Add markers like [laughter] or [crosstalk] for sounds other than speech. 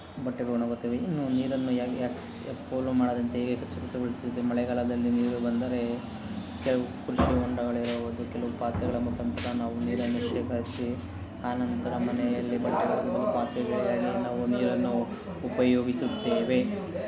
ಬಟ್ಟೆಗಳು ಒಣಗುತ್ತವೆ ಇನ್ನೂ ನೀರನ್ನು ಯಾ ಯಾ ಪೋಲು ಮಾಡದಂತೆ ಹೇಗೆ [unintelligible] ಮಳೆಗಾಲದಲ್ಲಿ ನೀರು ಬಂದರೆ ಕೆಲವು ಕೃಷಿ ಹೊಂಡಗಳು ಇರಬೋದು ಕೆಲವು ಪಾತ್ರೆಗಳ ಮುಖಾಂತ್ರ ನಾವು ನೀರನ್ನು ಶೇಖರಿಸಿ ಆನಂತರ ಮನೆಯಲ್ಲಿ ಬಟ್ಟೆ [unintelligible] ಪಾತ್ರೆಗಳಿಗಾಗಿ ನಾವು ನೀರನ್ನು ಉಪಯೋಗಿಸುತ್ತೇವೆ